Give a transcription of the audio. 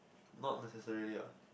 not necessarily what